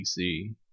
PC